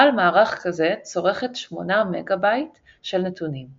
על מערך כזה צורכת 8 מגה-בייט של נתונים;